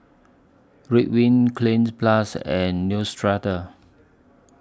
Ridwind Cleanz Plus and Neostrata